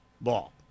ball